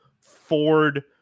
Ford